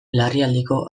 larrialdiko